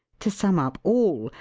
to sum up all,